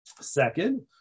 second